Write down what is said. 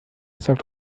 sagt